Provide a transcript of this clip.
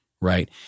right